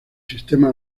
sistema